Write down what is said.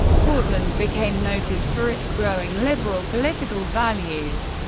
portland became noted for its growing liberal political values,